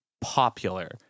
popular